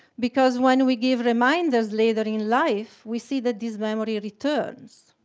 because when we give reminders later in life, we see that this memory returns.